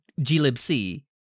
glibc